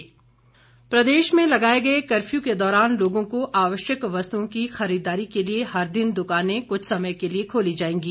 curfew ढील प्रदेश में लगाए गए कर्फ्यू के दौरान लोगों को आवश्यक वस्तुओं की खरीददारी के लिए हर दिन दुकानें कुछ समय के लिए खोली जाएंगी